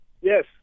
Yes